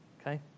Okay